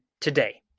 today